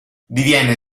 diviene